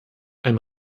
ein